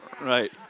Right